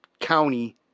county